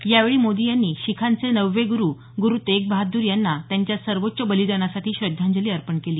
यावेळी मोदी यांनी शिखांचे नववे गरू गरू तेग बहादर यांना त्यांच्या सर्वोच्च बलिदानासाठी श्रद्धांजली अर्पण केली